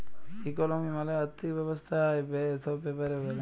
ইকলমি মালে আথ্থিক ব্যবস্থা আয়, ব্যায়ে ছব ব্যাপারে ব্যলে